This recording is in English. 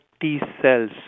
T-cells